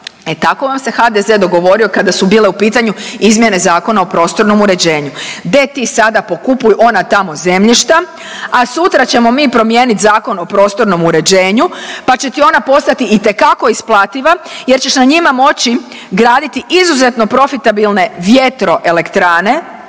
E tako vam se HDZ dogovorio kada su bile u pitanju izmjene Zakona o prostornom uređenju, de ti sada pokupuj ona tamo zemljišta, a sutra ćemo mi promijeniti Zakon o prostornom uređenju pa će ti ona postati itekako isplativa jer ćeš na njima moći graditi izuzetno profitabilne vjetroelektrane